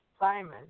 Simon